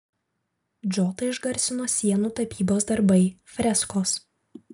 džotą išgarsino sienų tapybos darbai freskos